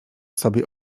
sobie